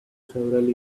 several